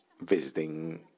visiting